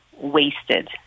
wasted